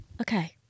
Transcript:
Okay